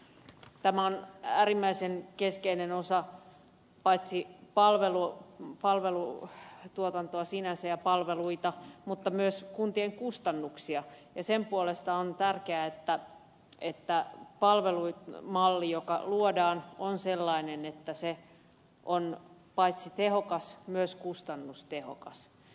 tämä on äärimmäisen keskeinen osa paitsi palvelutuotantoa sinänsä ja palveluita mutta myös kuntien kustannuksia ja sen puolesta on tärkeää että palvelumalli joka luodaan on sellainen että se on paitsi tehokas myös kustannustehokas